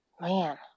Man